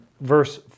verse